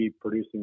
producing